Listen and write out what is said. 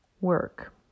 Work